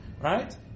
right